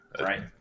right